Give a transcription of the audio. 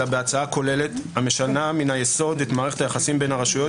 אלא בהצעה כוללת המשנה מן היסוד את מערכת היחסים בין הרשויות